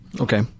Okay